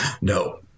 no